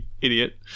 Idiot